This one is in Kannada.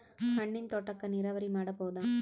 ಹಣ್ಣಿನ್ ತೋಟಕ್ಕ ನೀರಾವರಿ ಮಾಡಬೋದ?